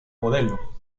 modelo